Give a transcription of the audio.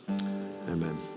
amen